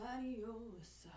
Adios